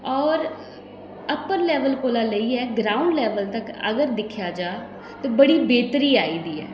और upper level कोला लेइयै ग्राऊंड लैवल तक अगर दिक्खेआ जा ते बड़ी बेह्तरी आई दी ऐ